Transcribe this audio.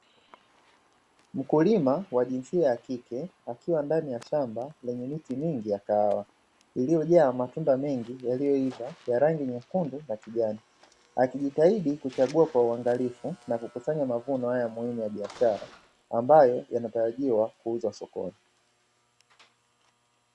Mkulima wa jinsia ya kike akiwa ndani ya shamba lenye miti mingi ya kahawa, iliyojaa matunda mengi yaliyoiva ya rangi nyekundu na kijani, akijitahid kuchagua kwa uangalifu na kukusanya mavuno haya muhimu ya biashara, ambayo yanatarajiwa kuuzwa sokoni.